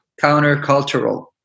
countercultural